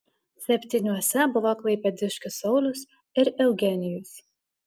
septyniuose buvo klaipėdiškis saulius ir eugenijus